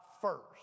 first